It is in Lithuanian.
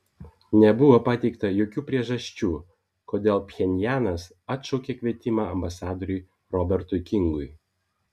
nebuvo pateikta jokių priežasčių kodėl pchenjanas atšaukė kvietimą ambasadoriui robertui kingui